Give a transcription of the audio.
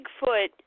Bigfoot